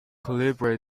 calibrate